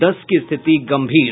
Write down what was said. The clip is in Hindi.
दस की स्थिति गंभीर